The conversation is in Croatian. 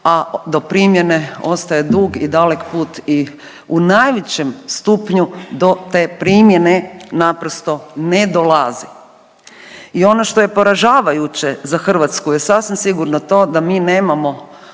a do primjene ostaje dug i dalek put i u najvećem stupnju do te primjene naprosto ne dolazi. I ono što je poražavajuće za Hrvatsku je sasvim sigurno to da mi nemamo